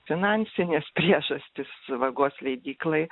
finansinės priežastys vagos leidyklai